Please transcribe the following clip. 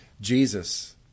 Jesus